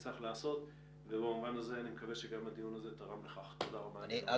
כינסתי את הדיון הזה ופעם נוספת עולה ממנו מבחינתי מה שאני